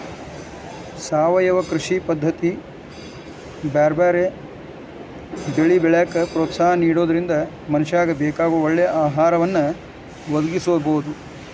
ಸಾವಯವ ಕೃಷಿ ಪದ್ದತಿ ಬ್ಯಾರ್ಬ್ಯಾರೇ ಬೆಳಿ ಬೆಳ್ಯಾಕ ಪ್ರೋತ್ಸಾಹ ನಿಡೋದ್ರಿಂದ ಮನಶ್ಯಾಗ ಬೇಕಾಗೋ ಒಳ್ಳೆ ಆಹಾರವನ್ನ ಒದಗಸಬೋದು